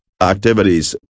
activities